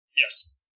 Yes